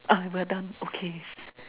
ah we're done okay